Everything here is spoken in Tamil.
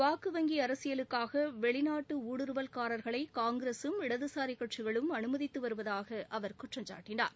வாக்கு வங்கி அரசியலுக்காக வெளிநாட்டு ஊடுருவல்காரர்களை காங்கிரசும் இடதுசாரிக்கட்சிகளும் அனுமதித்து வருவதாக அவர் குற்றம் சாட்டினார்